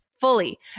fully